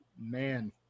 Man